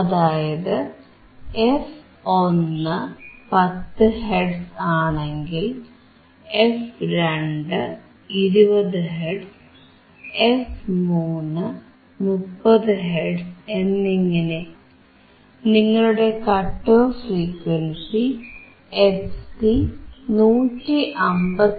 അതായത് f1 10 hertz ആണെങ്കിൽ f2 20 hertz f3 30 hertz എന്നിങ്ങനെ നിങ്ങളുടെ കട്ട് ഓഫ് ഫ്രീക്വൻസി fc 159